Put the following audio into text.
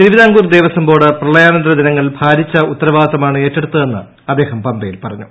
തിരുവിതാംകൂർ ദേവസ്വംബോർഡ് പ്രളയാനന്തര ദിനങ്ങളിൽ ഭാരിച്ച ഉത്തരവാദിത്തമാണ് ഏറ്റെടുത്തതെന്ന് അദ്ദേഹം പമ്പയിൽ പറഞ്ഞു